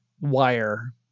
wire